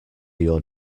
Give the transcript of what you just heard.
your